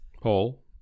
Paul